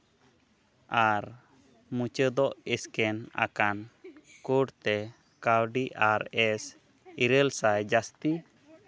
ᱟᱨ ᱢᱩᱪᱟᱹᱫᱚᱜ ᱥᱠᱮᱱ ᱟᱠᱟᱱ ᱠᱳᱰ ᱛᱮ ᱠᱟᱹᱣᱰᱤ ᱟᱨ ᱮᱥ ᱤᱨᱟᱹᱞ ᱥᱟᱭ ᱡᱟᱹᱥᱛᱤ